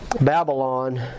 Babylon